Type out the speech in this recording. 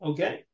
Okay